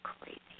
crazy